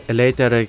later